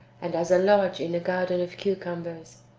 and as a lodge in a garden of cucumbers.